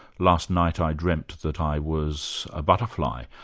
last night i dreamt that i was a butterfly,